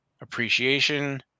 appreciation